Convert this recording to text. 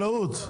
החקלאות,